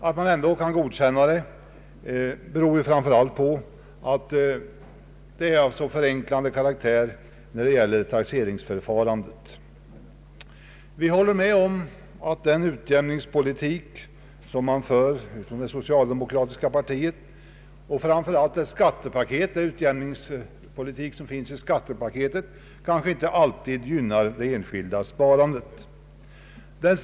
Att man ändå kan godkänna dessa regler beror framför allt på att de innebär förenklingar när det gäller taxeringsförfarandet. Vi håller med om att den utjämningspolitik som det socialdemokratiska partiet för, och framför allt den utjämningspolitik som finns i skattepaketet, kanske inte alltid gynnar det enskilda sparandet.